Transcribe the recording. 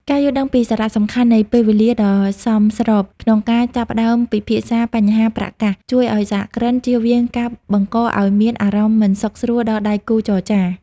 ការយល់ដឹងពីសារៈសំខាន់នៃ "ពេលវេលាដ៏សមស្រប" ក្នុងការចាប់ផ្ដើមពិភាក្សាបញ្ហាប្រាក់កាស ជួយឱ្យសហគ្រិនជៀសវាងការបង្កឱ្យមានអារម្មណ៍មិនសុខស្រួលដល់ដៃគូចរចា។